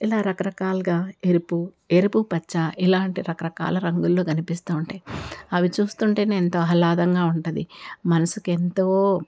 ఇలా రకరకాలుగా ఎరుపు ఎరుపుపచ్చ ఇలాంటి రకరకాల రంగుల్లో కనిపిస్తూ ఉంటాయి అవి చూస్తుంటేనే ఎంతో ఆహ్లాదంగా ఉంటది మనసుకి ఎంతో